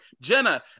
Jenna